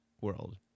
world